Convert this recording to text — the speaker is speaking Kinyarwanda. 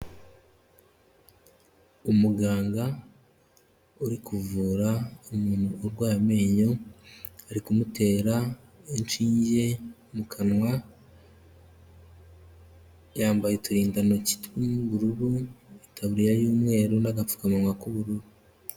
Umuganga uri kuvura umuntu urwaye amenyo, ari kumutera inshinge mu kanwa, yambaye uturindantoki tw'ubururu, itaburiya y'umweru n'agapfukamunwa k'ubururu.